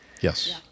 Yes